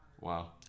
Wow